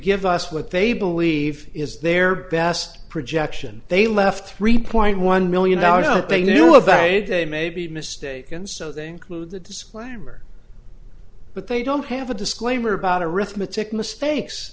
give us what they believe is their best projection they left three point one million dollars they knew about a day may be mistaken so they include the disclaimer but they don't have a disclaimer about arithmetic mistakes